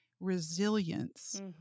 Resilience